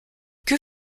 que